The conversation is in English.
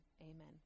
Amen